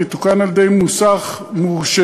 על הניסיון המצטבר של היחידה בטיפול במפרי החוק.